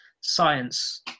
science